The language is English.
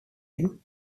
him